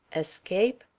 escape?